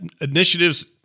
initiatives